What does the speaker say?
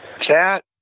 Chat